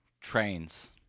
Trains